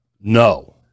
No